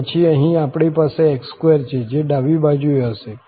અને પછી અહીં આપણી પાસે x2 છે જે ડાબી બાજુએ હશે